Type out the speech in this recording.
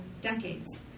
decades